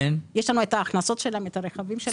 יש לנו את ההכנסות שלהם, את הרכבים שלהם.